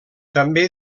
també